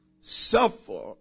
suffer